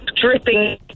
dripping